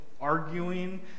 arguing